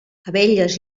abelles